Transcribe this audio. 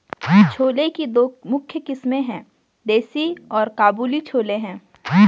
छोले की दो मुख्य किस्में है, देसी और काबुली छोले हैं